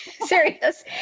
serious